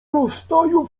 rozstaju